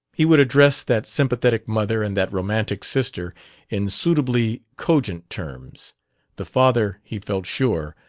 he would address that sympathetic mother and that romantic sister in suitably cogent terms the father, he felt sure,